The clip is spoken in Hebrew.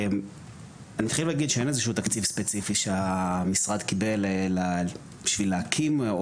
אני אתחיל להגיד שאין איזשהו תקציב ספציפי שהמשרד קיבל בשביל להקים,